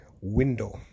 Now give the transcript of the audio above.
window